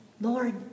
Lord